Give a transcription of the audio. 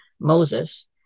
Moses